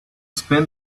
spend